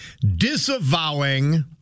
disavowing